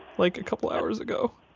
like a couple of hours ago